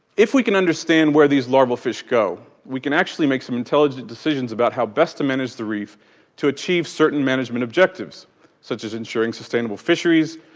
if we can understand where these larval fish go we can actually make some intelligent decisions about how best to manage the reef to achieve certain management objectives such as ensuring sustainable fisheries,